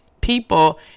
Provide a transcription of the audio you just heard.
people